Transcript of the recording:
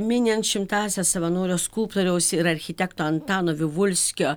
minint šimtąsias savanorio skulptoriaus ir architekto antano vivulskio